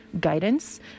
guidance